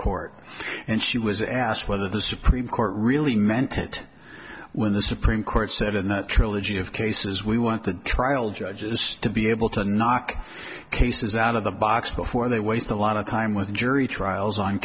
court and she was asked whether the supreme court really meant it when the supreme court said in the trilogy of cases we want the trial judges to be able to knock cases out of the box before they waste a lot of time with the jury trials on